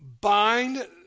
bind